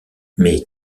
mais